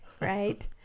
right